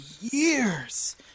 years